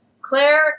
Claire